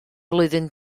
flwyddyn